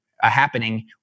happening